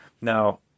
Now